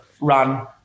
run